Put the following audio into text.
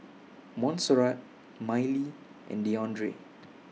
Montserrat Miley and Deandre